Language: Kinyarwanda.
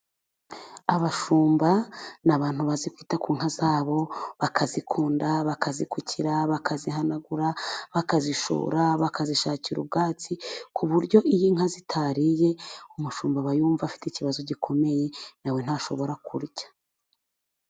Abashumba ni abantu bazi kwita ku nka zabo， bakazikunda， bakazikukira， bakazihanagura， bakazishora， bakazishakira ubwatsi ku buryo，iyo inka zitariye， umushumba aba yumva afite ikibazo gikomeye，nawe ntashobora kurya.